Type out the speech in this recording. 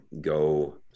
go